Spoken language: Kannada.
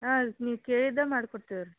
ಹಾಂ ನೀವು ಕೇಳಿದ್ದೇ ಮಾಡ್ಕೊಡ್ತೀವಿ ರೀ